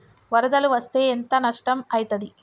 వరదలు వస్తే ఎంత నష్టం ఐతది?